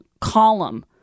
column